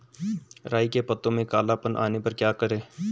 राई के पत्तों में काला पन आने पर क्या करें?